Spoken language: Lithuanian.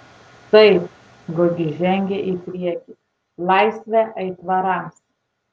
taip gugis žengė į priekį laisvę aitvarams